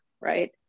right